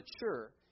mature